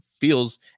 feels